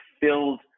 filled